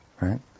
right